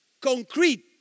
concrete